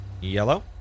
Yellow